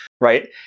right